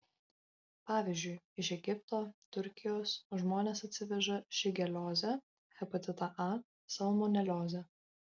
pavyzdžiui iš egipto turkijos žmonės atsiveža šigeliozę hepatitą a salmoneliozę